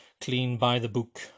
clean-by-the-book